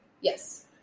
yes